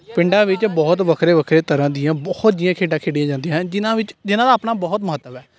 ਪਿੰਡਾਂ ਵਿੱਚ ਬਹੁਤ ਵੱਖਰੇ ਵੱਖਰੇ ਤਰ੍ਹਾਂ ਦੀਆਂ ਬਹੁਤ ਜਿਹੀਆਂ ਖੇਡਾਂ ਖੇਡੀਆਂ ਜਾਂਦੀਆਂ ਹੈ ਜਿਨ੍ਹਾਂ ਵਿੱਚ ਜਿਹਨਾਂ ਦਾ ਆਪਣਾ ਬਹੁਤ ਮਹੱਤਵ ਹੈ